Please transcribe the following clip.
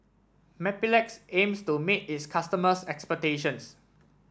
Mepilex aims to meet its customers' expectations